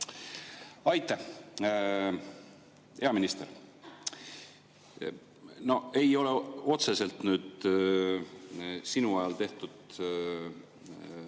Aitäh! Hea minister! See ei ole otseselt sinu ajal tehtud